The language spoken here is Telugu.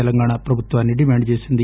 తెలంగాణ ప్రభుత్వాన్ని డిమాండ్ చేసింది